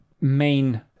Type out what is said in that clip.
main